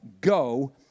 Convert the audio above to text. Go